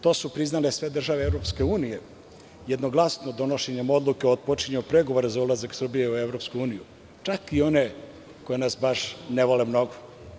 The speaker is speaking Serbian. To su priznale sve države EU, jednoglasno donošenjem odluke o otpočinjanju pregovora za ulazak Srbije u EU, čak i one koje nas baš ne vole mnogo.